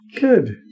Good